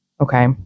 Okay